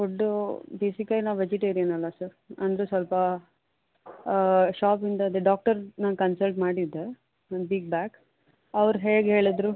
food basically ನಾವು vegetarian ಅಲ್ವ sir ಅಂದ್ರೆ ಸ್ವಲ್ಪ ಶಾಪಿಂದ ಅದು ಡಾಕ್ಟರ್ನ ಕನ್ಸಲ್ಟ್ ಮಾಡಿದ್ದೆ ಒಂದು ವೀಕ್ ಬ್ಯಾಕ್ ಅವ್ರು ಹೇಗೆ ಹೇಳಿದ್ದರು